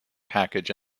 package